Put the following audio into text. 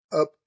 up